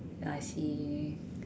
I see